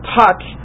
touch